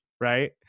Right